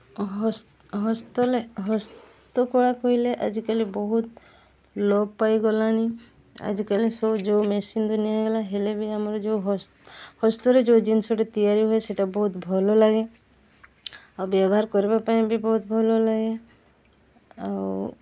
ହସ୍ତ ହସ୍ତ ହସ୍ତକଳା କହିଲେ ଆଜିକାଲି ବହୁତ ଲୋପ ପାଇଗଲାଣି ଆଜିକାଲି ସବୁ ଯେଉଁ ମେସିନ୍ ଦୁନିଆ ହୋଇଗଲା ହେଲେ ବି ଆମର ଯେଉଁ ହସ୍ତରେ ଯେଉଁ ଜିନିଷଟା ତିଆରି ହୁଏ ସେଇଟା ବହୁତ ଭଲ ଲାଗେ ଆଉ ବ୍ୟବହାର କରିବା ପାଇଁ ବି ବହୁତ ଭଲ ଲାଗେ ଆଉ